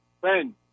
Ben